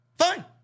fine